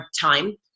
time